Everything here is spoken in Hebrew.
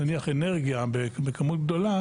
נניח אנרגיה בכמות גדולה